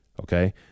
okay